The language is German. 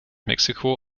mexiko